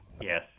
Yes